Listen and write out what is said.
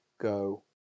go